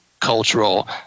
cultural